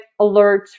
alerts